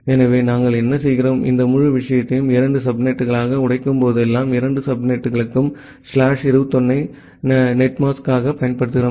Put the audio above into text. எனவே நாங்கள் என்ன செய்கிறோம் இந்த முழு விஷயத்தையும் இரண்டு சப்நெட்களாக உடைக்கும்போதெல்லாம் இரண்டு சப்நெட்டுகளுக்கும் ஸ்லாஷ் 21 ஐ நெட்மாஸ்காக பயன்படுத்துகிறோம்